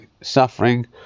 suffering